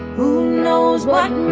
who knows what